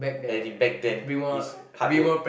as in back then is hard work